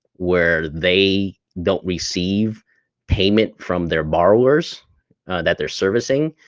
where they don't receive payment from their borrowers that they're servicing,